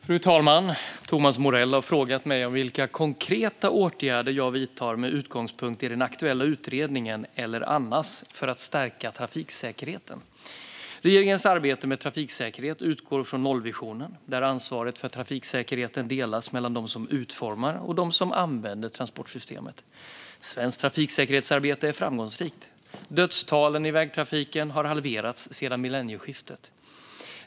Fru talman! Thomas Morell har frågat mig vilka konkreta åtgärder jag vidtar med utgångspunkt i den aktuella utredningen, eller annars, för att stärka trafiksäkerheten. Regeringens arbete med trafiksäkerhet utgår från nollvisionen, där ansvaret för trafiksäkerheten delas mellan dem som utformar och dem som använder transportsystemet. Svenskt trafiksäkerhetsarbete är framgångsrikt. Dödstalen i vägtrafiken har halverats sedan millennieskiftet.